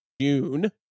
June